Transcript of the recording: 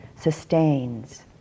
sustains